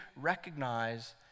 recognize